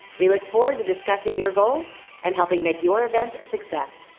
we look forward to discussing your goals and helping make your event a success.